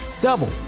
double